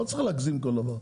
לא צריך להגזים כל דבר.